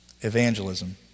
Evangelism